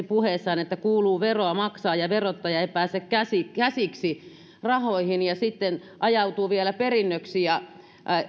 puheessaan että kuuluu veroa maksaa ja verottaja ei pääse käsiksi käsiksi rahoihin ja sitten ne ajautuvat vielä perinnöksi